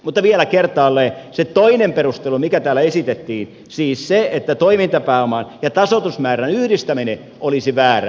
mutta vielä kertaalleen se toinen perustelu mikä täällä esitettiin siis se että toimintapääoman ja tasoitusmäärän yhdistäminen olisi väärä ratkaisu